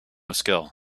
skill